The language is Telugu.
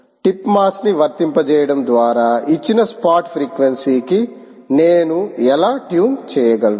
టిప్ మాస్ని వర్తింపజేయడం ద్వారా ఇచ్చిన స్పాట్ ఫ్రీక్వెన్సీ కి నేను ఎలా ట్యూన్ చేయగలను